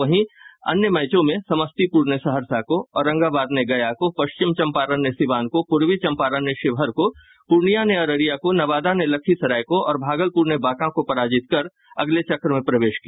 वहीं अन्य मैचों में समस्तीपुर ने सहरसा को औरंगाबाद ने गया को पश्चिम चंपारण ने सीवान को पूर्वी चंपारण ने शिवहर को पूर्णिया ने अररिया को नवादा ने लखीसराय को और भागलपुर ने बांका को पराजित कर अगले चक्र में प्रवेश किया